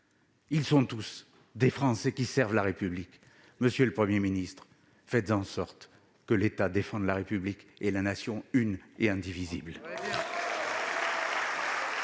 tous sont des Français qui servent la République. Monsieur le Premier ministre, faites en sorte que l'État défende la République et la Nation une et indivisible.